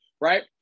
right